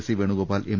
C Venu Gopal M